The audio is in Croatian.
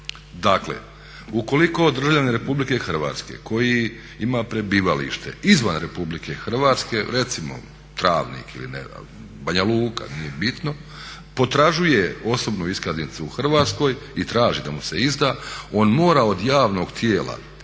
dakle ukoliko državljanin Republike Hrvatske koji ima prebivalište izvan Republike Hrvatske recimo Travnik ili Banja Luka, nije bitno, potražuje osobnu iskaznicu u Hrvatskoj i traži da mu se izda on mora od javnog tijela,